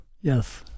Yes